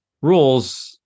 rules